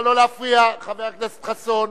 נא לא להפריע, חבר הכנסת חסון.